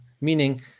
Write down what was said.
Meaning